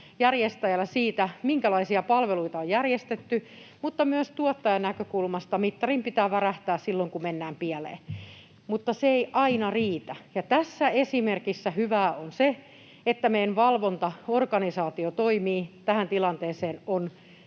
vastuu siitä, minkälaisia palveluita on järjestetty, mutta myös tuottajan näkökulmasta mittarin pitää värähtää silloin, kun mennään pieleen. Mutta se ei aina riitä, ja tässä esimerkissä hyvää on se, että meidän valvontaorganisaatio toimii. Tähän tilanteeseen on